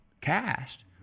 cast